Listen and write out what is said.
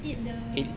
eat the